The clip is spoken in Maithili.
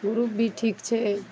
ग्रुप भी ठीक छै